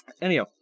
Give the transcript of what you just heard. Anyhow